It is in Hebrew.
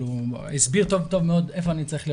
הוא הסביר טוב מאוד איפה אני צריך להיות,